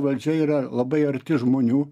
valdžia yra labai arti žmonių